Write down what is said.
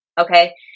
okay